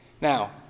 Now